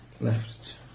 Left